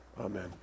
amen